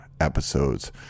episodes